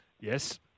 Yes